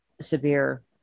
severe